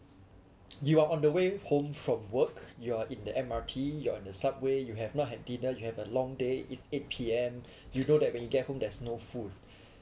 you are on the way home from work you are in the M_R_T you're on the subway you have not had dinner you have a long day it's eight P_M you know that when you get home there's no food